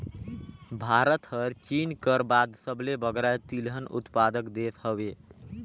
भारत हर चीन कर बाद सबले बगरा तिलहन उत्पादक देस हवे